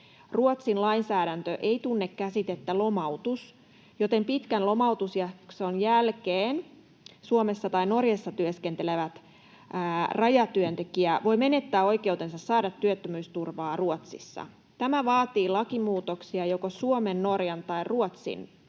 Ruotsin lainsäädäntö ei tunne käsitettä ”lomautus”, joten pitkän lomautusjakson jälkeen Suomessa tai Norjassa työskentelevä rajatyöntekijä voi menettää oikeutensa saada työttömyysturvaa Ruotsissa. Tämä vaatii lakimuutoksia joko Suomen, Norjan tai Ruotsin